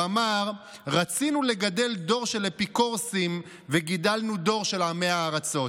הוא אמר: רצינו לגדל דור של אפיקורסים וגידלנו דור של עמי הארצות.